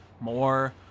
more